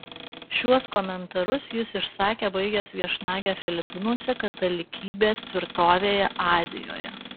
šiuo komentarus jis išsakė baigęs viešnagę filipinuose katalikybės tvirtovėje azijoje